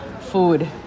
food